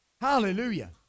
Hallelujah